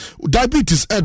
Diabetes